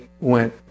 went